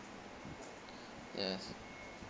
yes